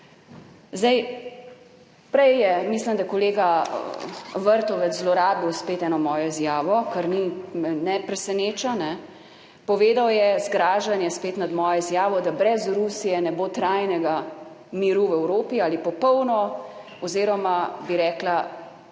Zdaj prej je, mislim, da kolega Vrtovec zlorabil spet eno mojo izjavo, kar me ne preseneča. Povedal je zgražanje spet nad mojo izjavo, da brez Rusije ne bo trajnega miru v Evropi ali popolno oziroma, bi rekla,